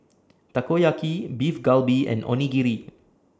Takoyaki Beef Galbi and Onigiri